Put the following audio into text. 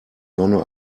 sonne